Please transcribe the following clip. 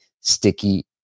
sticky